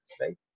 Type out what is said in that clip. right